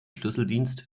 schlüsseldienst